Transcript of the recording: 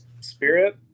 Spirit